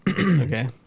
Okay